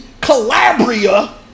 Calabria